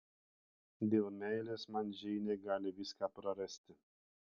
dėl meilės man džeinė gali viską prarasti